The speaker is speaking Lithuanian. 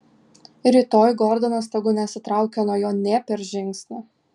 rytoj gordonas tegu nesitraukia nuo jo nė per žingsnį